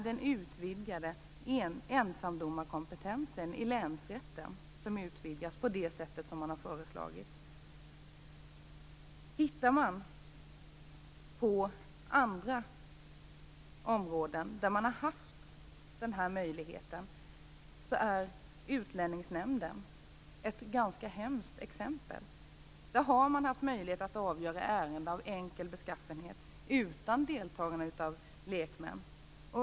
Det gäller att ensamdomarkompetensen i länsrätten nu utvidgas på det sätt som man har föreslagit. Tittar man på andra områden där man har haft den här möjligheten, så är Utlänningsnämnden ett ganska hemskt exempel. Där har man haft möjlighet att avgöra ärenden av enkel beskaffenhet utan deltagande av lekmän.